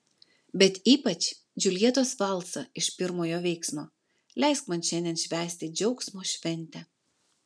bet ypač džiuljetos valsą iš pirmojo veiksmo leisk man šiandien švęsti džiaugsmo šventę